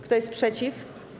Kto jest przeciw?